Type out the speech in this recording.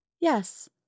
Yes